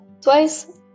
twice